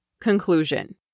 conclusion